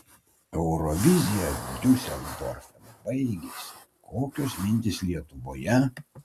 eurovizija diuseldorfe baigėsi kokios mintys lietuvoje